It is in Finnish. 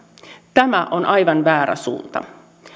tämä on aivan väärä suunta